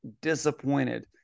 disappointed